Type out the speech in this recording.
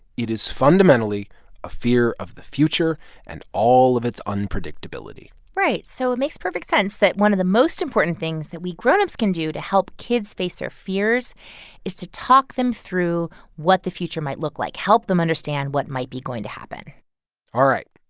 it is fundamentally a fear of the future and all of its unpredictability right. so it makes perfect sense that one of the most important things that we grown-ups can do to help kids face their fears is to talk them through what the future might look like. help them understand what might be going to happen all right.